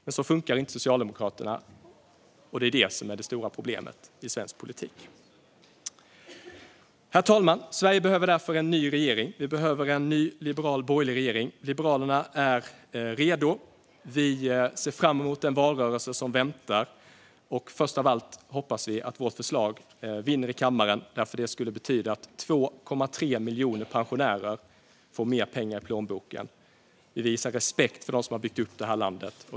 Men så funkar inte Socialdemokraterna. Det är det stora problemet i svensk politik. Herr talman! Sverige behöver därför en ny regering. Vi behöver en ny liberal, borgerlig, regering. Liberalerna är redo. Vi ser fram emot den valrörelse som väntar. Extra ändringsbudget för 2022 - Våränd-ringsbudget för 2022 och stöd till Ukraina Först av allt hoppas vi att vårt förslag vinner i kammaren. Det skulle betyda att 2,3 miljoner pensionärer får mer pengar i plånboken. Vi visar respekt för dem som har byggt upp det här landet.